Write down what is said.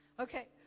Okay